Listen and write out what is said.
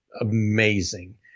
amazing